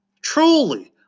truly